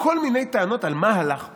כל מיני טענות על מה הלך פה: